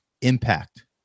impact